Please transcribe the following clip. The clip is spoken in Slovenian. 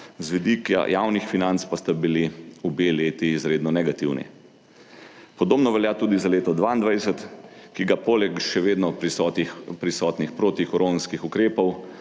z vidika javnih financ pa sta bili obe leti izredno negativni. Podobno velja tudi za leto 2022, ki ga poleg še vedno prisotnih protikoronskih ukrepov